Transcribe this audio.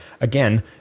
again